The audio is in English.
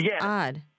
odd